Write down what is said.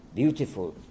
beautiful